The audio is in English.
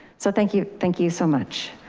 so thank you thank you so much.